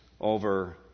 over